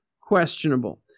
questionable